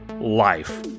life